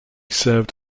served